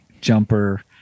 jumper